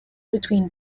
between